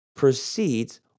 proceeds